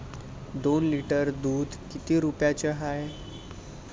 दोन लिटर दुध किती रुप्याचं हाये?